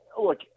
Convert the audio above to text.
Look